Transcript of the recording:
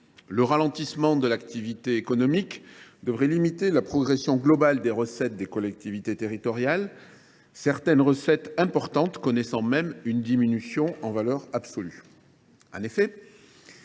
Le ralentissement de l’activité économique devrait limiter la progression globale de leurs recettes, certaines recettes importantes connaissant même une diminution en valeur absolue. Selon